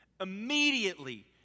Immediately